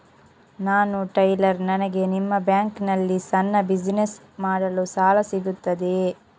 ನಾನು ಟೈಲರ್, ನನಗೆ ನಿಮ್ಮ ಬ್ಯಾಂಕ್ ನಲ್ಲಿ ಸಣ್ಣ ಬಿಸಿನೆಸ್ ಮಾಡಲು ಸಾಲ ಸಿಗುತ್ತದೆಯೇ?